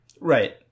right